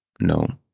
No